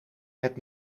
het